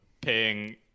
paying